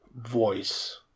voice